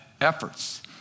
efforts